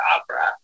opera